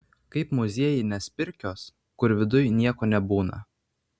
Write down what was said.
kaip muziejinės pirkios kur viduj nieko nebūna